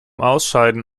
ausscheiden